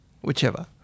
whichever